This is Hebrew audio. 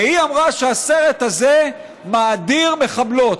והיא אמרה שהסרט הזה מאדיר מחבלות.